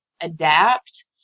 adapt